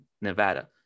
Nevada